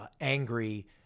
angry